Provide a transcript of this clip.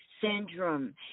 syndrome